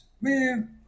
Man